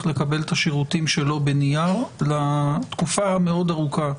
לקבל את השירותים שלו בנייר לתקופה מאוד ארוכה.